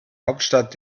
hauptstadt